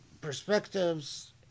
perspectives